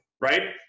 right